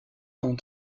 sont